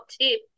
tip